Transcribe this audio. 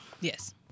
Yes